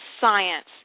science